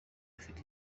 ufite